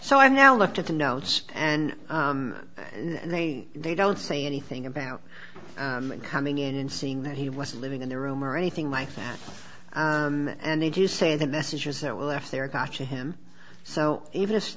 so i now looked at the notes and they they don't say anything about coming in and seeing that he was living in their room or anything like that and they do say the messages there were left there gotcha him so even if